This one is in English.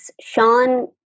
Sean